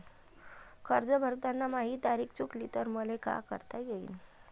कर्ज भरताना माही तारीख चुकली तर मले का करता येईन?